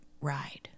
ride